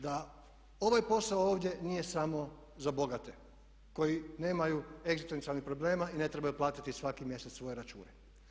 Da ovaj posao ovdje nije samo za bogate koji nemaju egzistencijalnih problema i ne trebaju platiti svaki mjesec svoje račune.